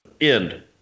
end